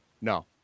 no